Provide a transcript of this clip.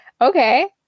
Okay